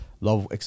love